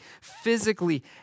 physically